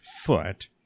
foot